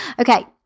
okay